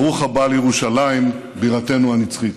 ברוך הבא לירושלים בירתנו הנצחית.